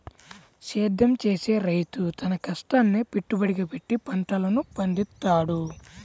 సేద్యం చేసే రైతు తన కష్టాన్నే పెట్టుబడిగా పెట్టి పంటలను పండిత్తాడు